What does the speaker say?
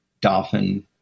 dolphin